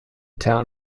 town